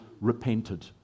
repented